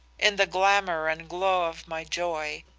in the glamour and glow of my joy,